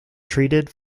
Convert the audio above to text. treated